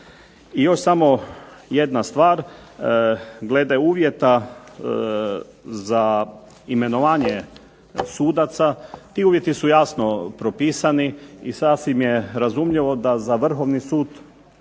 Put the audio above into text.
I još samo jedna stvar glede uvjeta za imenovanje sudaca. Ti uvjeti su jasno propisani i sasvim je razumljivo da za Vrhovni sud